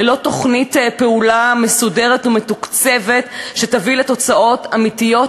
ללא תוכנית פעולה מסודרת ומתוקצבת שתביא לתוצאות אמיתיות,